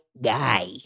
guy